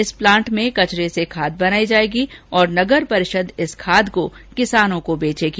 इस प्लांट में कचरे से खाद बनाई जाएगी और नगर परिषद इस खाद को किसानों को बेचेगी